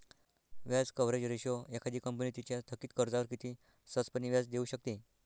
व्याज coverage ratio एखादी company तिच्या थकित कर्जावर किती सहजपणे व्याज देऊ शकते